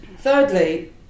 Thirdly